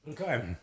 okay